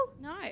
No